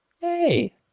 hey